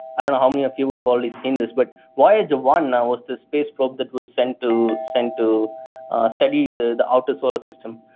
i don't know how many of you would've already seen this, but voyager i um was the space probe that was sent to sent to study the outer solar system,